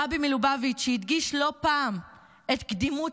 הרבי מלובביץ' הדגיש לא פעם את קדימות